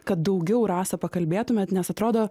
kad daugiau rasa pakalbėtumėt nes atrodo